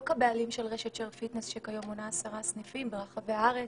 לא כבעלים של רשת שר פיטנס שכיום מונה עשרה סניפים ברחבי הארץ,